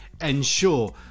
ensure